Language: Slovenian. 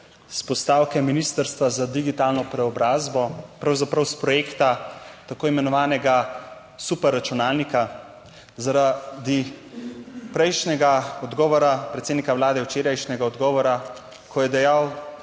s postavke Ministrstva za digitalno preobrazbo, pravzaprav s projekta tako imenovanega "super računalnika". Zaradi prejšnjega odgovora predsednika vlade, včerajšnjega odgovora, ko je dejal,